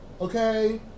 okay